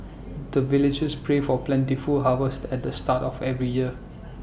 the villagers pray for plentiful harvest at the start of every year